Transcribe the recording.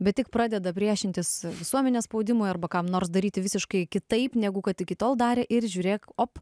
bet tik pradeda priešintis visuomenės spaudimui arba kam nors daryti visiškai kitaip negu kad iki tol darė ir žiūrėk op